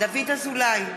דוד אזולאי,